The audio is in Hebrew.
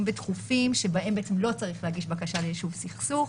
ודחופים שבהם בעצם לא צריך להגיש בקשה ליישוב סכסוך,